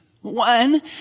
One